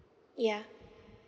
yeah